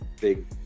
big